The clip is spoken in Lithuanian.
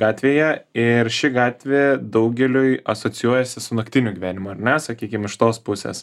gatvėje ir ši gatvė daugeliui asocijuojasi su naktiniu gyvenimu ar ne sakykim iš tos pusės